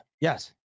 Yes